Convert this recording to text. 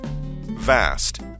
Vast